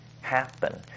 happen